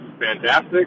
fantastic